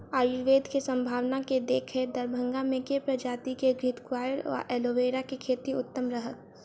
आयुर्वेद केँ सम्भावना केँ देखैत दरभंगा मे केँ प्रजाति केँ घृतक्वाइर वा एलोवेरा केँ खेती उत्तम रहत?